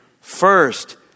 first